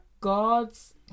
god's